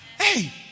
Hey